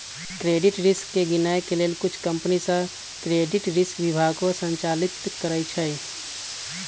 credit risk के गिनए के लेल कुछ कंपनि सऽ क्रेडिट रिस्क विभागो संचालित करइ छै